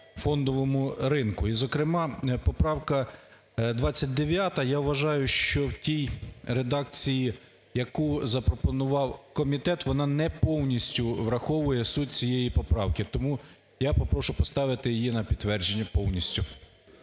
фондовому ринку. І, зокрема, поправка 29, я вважаю, що в тій редакції, яку запропонував комітет, вона не повністю враховує суть цієї поправки. Тому я попрошу поставити її на підтвердження повністю.